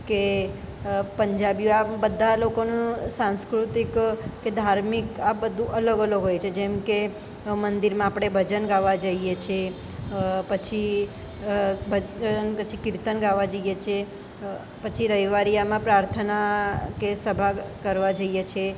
કે પંજાબી હોય આ બધાં લોકોનું સાંસ્કૃતિક કે ધાર્મિક આ બધું અલગ અલગ હોય છે જેમકે મંદિરમાં આપણે ભજન ગાવા જઈએ છીએ પછી ભજ પછી કિર્તન ગાવા જઈએ છીએ અને પછી રવિવારી આમ પ્રાર્થના કે સભા કરવા જઈએ છીએ